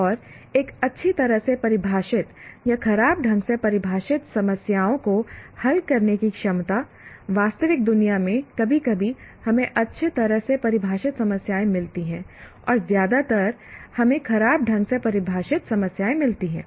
और एक अच्छी तरह से परिभाषित या खराब ढंग से परिभाषित समस्याओं को हल करने की क्षमता वास्तविक दुनिया में कभी कभी हमें अच्छी तरह से परिभाषित समस्याएं मिलती हैं और ज्यादातर हमें खराब ढंग से परिभाषित समस्याएं मिलती हैं